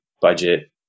budget